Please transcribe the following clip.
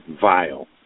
vile